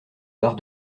barre